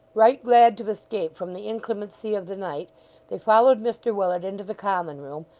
right glad to escape from the inclemency of the night, they followed mr willet into the common room,